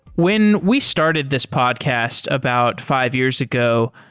when we started this podcast about five years ago,